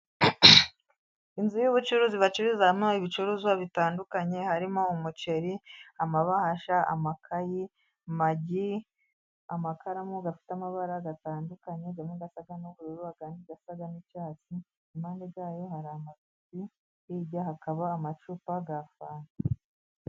Inzu y'ubucuruzi bacururizamo ibicuruzwa bitandukanye harimo umuceri, amabahasha, amakayi, magi, amakaramu afite amabara atandukanye amwe asa n'ubururu ayandi asa n'icyasi. Impande zayo hari amazi hirya hakaba amacupa ya fanta.